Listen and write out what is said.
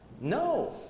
No